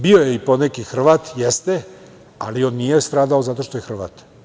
Bio je i poneki Hrvat, jeste, ali on nije stradao zato što je Hrvat.